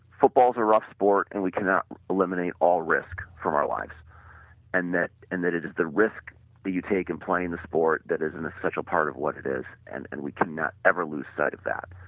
football is a rough sport and we cannot eliminate all risk from our lives and that and that it is the risk that you take in playing the sport that is in a special part of what it is and and we cannot ever lose sight of that